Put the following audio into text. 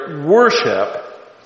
worship